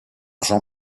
jean